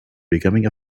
becoming